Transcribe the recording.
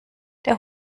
der